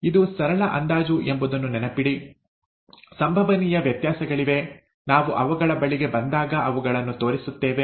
ಇದು ಸರಳ ಅಂದಾಜು ಎಂಬುದನ್ನು ನೆನಪಿಡಿ ಸಂಭವನೀಯ ವ್ಯತ್ಯಾಸಗಳಿವೆ ನಾವು ಅವುಗಳ ಬಳಿಗೆ ಬಂದಾಗ ಅವುಗಳನ್ನು ತೋರಿಸುತ್ತೇವೆ